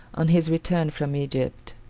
on his return from egypt,